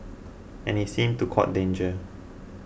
and he seemed to court danger